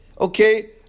okay